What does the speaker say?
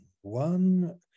one